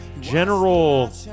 General